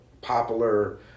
popular